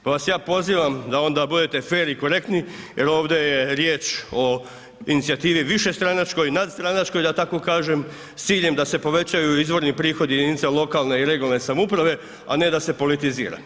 Pa vas ja pozivam da onda budete fer i korektni jer ovdje je riječ o inicijativi višestranačkoj, nadstranačkoj da tako kažem s ciljem da se povećaju izvorni prihodi jedinica lokalne i regionalne samouprave, a ne da se politizira.